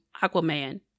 Aquaman